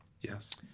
Yes